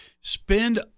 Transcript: Spend